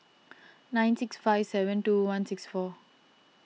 nine six five seven two one six four